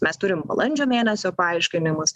mes turim balandžio mėnesio paaiškinimus